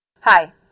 hi